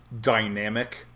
dynamic